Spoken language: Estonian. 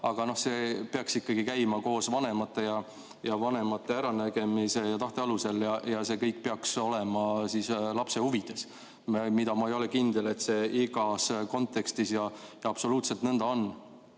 Aga see peaks ikkagi käima koos vanematega ja vanemate äranägemise ja tahte alusel ja see kõik peaks olema lapse huvides, kuid ma ei ole kindel, et see igas kontekstis ja absoluutselt nõnda on.